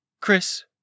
Chris